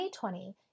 2020